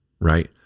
right